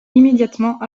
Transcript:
immédiatement